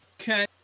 okay